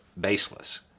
Baseless